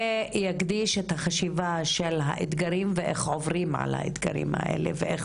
ויגדיש את החשיבה של האתגרים ואיך עוברים על האתגרים האלה ואיך